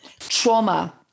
trauma